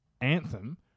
anthem